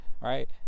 Right